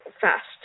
fast